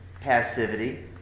passivity